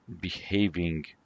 behaving